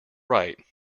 right